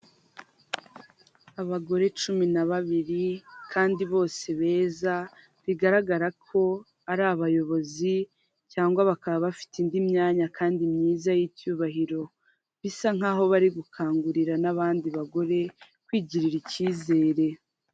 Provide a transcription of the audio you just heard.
Abagore cumi na babiri, kandi bose beza bigaragara ko ari abayobozi cyangwa bakaba bafite indi myanya kandi myiza y'icyubahiro, bisa nk'aho bari gukangurira n'abandi bagore kwigirira icyizere.